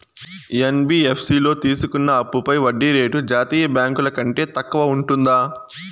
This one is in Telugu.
యన్.బి.యఫ్.సి లో తీసుకున్న అప్పుపై వడ్డీ రేటు జాతీయ బ్యాంకు ల కంటే తక్కువ ఉంటుందా?